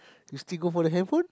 you still go for the handphone